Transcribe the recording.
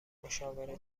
مشاوره